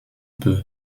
peu